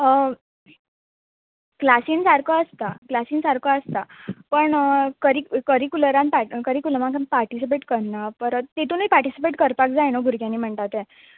क्लासीन सारको आसता क्लासीन सारको आसता पण करी करिकुलरान पाट करिकुलमांक पाटिसिपेट करना परत तितुनूय पाटिसिपेट करपाक जाय न्हू भुरग्यांनी म्हणटा तें